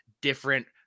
different